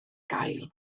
gael